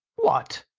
what!